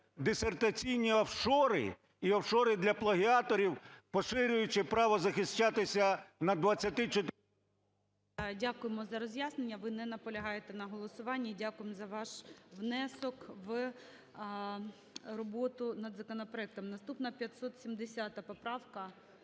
Дякуємо за роз'яснення. Ви не наполягаєте на голосуванні. Дякуємо за ваш внесок в роботу над законопроектом. Наступна - 570 поправка,